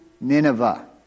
Nineveh